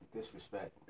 disrespect